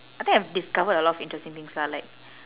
I think I've discovered a lot of interesting things lah like